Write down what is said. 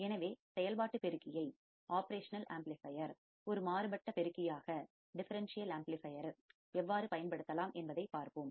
எனவே செயல்பாட்டு பெருக்கியை ஒப்ரேஷனல் ஆம்ப்ளிபையர் operational amplifier ஒரு மாறுபட்ட பெருக்கியாக டிஃபரண்சியல் ஆம்ப்ளிபையர் differential amplifier எவ்வாறு பயன்படுத்தலாம் என்பதைப் பார்ப்போம்